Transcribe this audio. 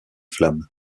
flammes